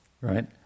right